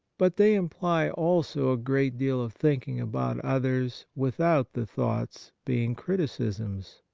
but they imply also a great deal of thinking about others without the thoughts being criticisms.